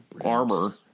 armor